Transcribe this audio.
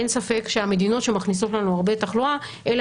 אין ספק שהמדינות שמכניסות לנו הרבה תחלואה אלה